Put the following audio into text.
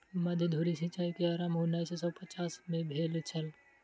मध्य धुरी सिचाई के आरम्भ उन्नैस सौ पचास में भेल छल